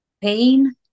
pain